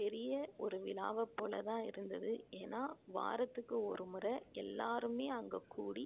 பெரிய ஒரு விழாவைப் போல தான் இருந்தது ஏனால் வாரத்துக்கு ஒரு முறை எல்லோருமே அங்கேக் கூடி